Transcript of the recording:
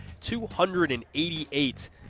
288